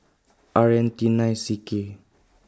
R N T nine C K